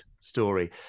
story